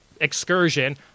excursion